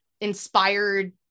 inspired